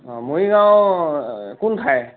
অ মৰিগাঁও কোন ঠাই